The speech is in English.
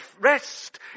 rest